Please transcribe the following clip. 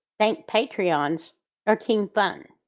thank patrons or team fun.